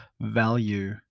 value